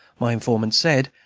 my informant said,